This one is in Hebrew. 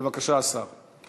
בבקשה, השר.